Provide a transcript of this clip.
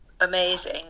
amazing